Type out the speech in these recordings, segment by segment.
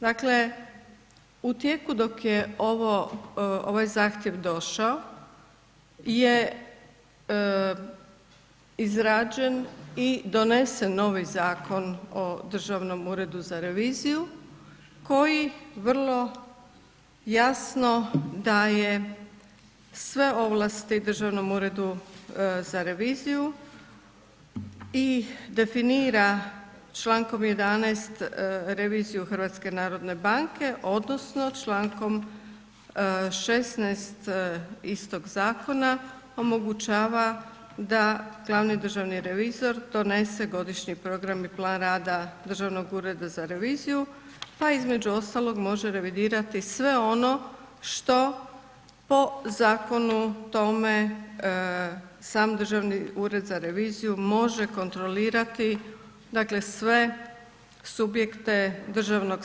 Dakle u tijeku dok je ovaj zahtjev došao je izrađen i donesen novi Zakon o Državnom uredu za reviziju koji vrlo jasno daje sve ovlasti Državnom uredu za reviziju i definira člankom 11. reviziju HNB-a, odnosno člankom 16. istog Zakona omogućava da glavni državni revizor donese godišnji program i plan rada Državnog ureda za reviziju pa između ostalog može revidirati sve ono što po zakonu tome sam Državni ured za reviziju može kontrolirati, dakle sve subjekte državnog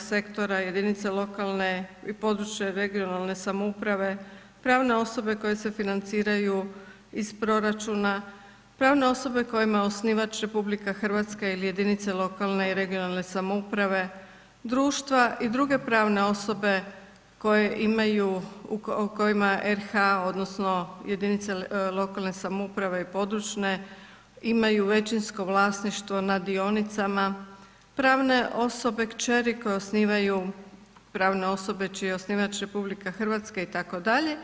sektora jedinica lokalne i područne, regionalne samouprave, pravne osobe koje se financiraju iz proračuna, pravne osobe kojima je osnivač RH ili jedinice lokalne i regionalne samouprave, društva i druge pravne osobe koje imaju, o kojima RH, odnosno jedinice lokalne samouprave i područne imaju većinsko vlasništvo nad dionicama, pravne osobe kćeri koje osnivaju, pravne osobe čiji je osnivač RH itd.